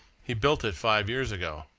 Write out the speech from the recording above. he built it five years ago.